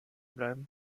bleiben